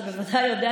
שבוודאי יודע,